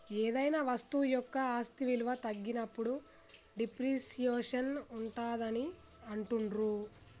ఏదైనా వస్తువు యొక్క ఆస్తి విలువ తగ్గినప్పుడు డిప్రిసియేషన్ ఉంటాదని అంటుండ్రు